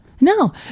No